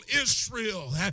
Israel